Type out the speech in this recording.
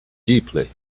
deeply